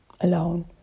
alone